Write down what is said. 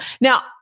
Now